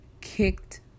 kicked